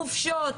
חופשות.